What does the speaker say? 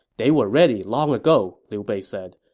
they were ready long ago, liu bei said.